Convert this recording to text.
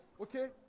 okay